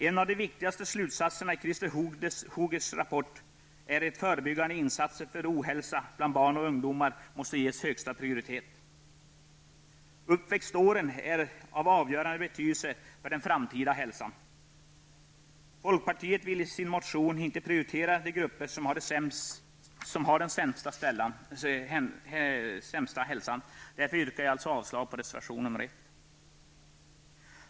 En av de viktigaste slutsatserna i Christer Hogstedts rapport är att förebyggande insatser för ohälsa bland barn och ungdomar måste ges högsta prioritet. Uppväxtåren är av avgörande betydelse för den framtida hälsan. Folkpartiet vill i sin motion inte prioritera de grupper som har den sämsta hälsan. Jag yrkar avslag på reservation 1.